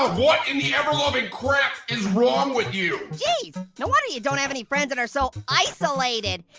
ah what in the ever loving crap is wrong with you? jeez, no wonder you don't have any friends that are so isolated.